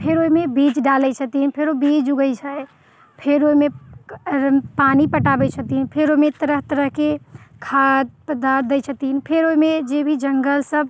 फेर ओहिमे बीज डालैत छथिन फेर ओ बीज उगैत छै फेर ओहिमे पानि पटाबैत छथिन फेर ओहिमे तरह तरहके खाद पदार्थ दै छथिन फेर ओहिमे जेभी जङ्गल सभ